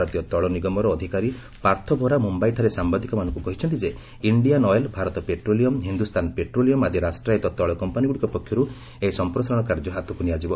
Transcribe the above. ଭାରତୀୟ ତୈଳ ନିଗମର ଅଧିକାରୀ ପାର୍ଥ ଭୋରା ମୁମ୍ବାଇଠାରେ ସାମ୍ବାଦିକମାନଙ୍କୁ କହିଛନ୍ତି ଯେ Indian Oil Bharat petroleum Hindustan petroleum ଆଦି ରାଷ୍ଟ୍ରାୟତ୍ତ ତୈଳକମ୍ପାନିଗ୍ରଡ଼ିକ ପକ୍ଷରୁ ଏହି ସଂପ୍ରସାରଣ କାର୍ଯ୍ୟ ହାତକୁ ନିଆଯିବ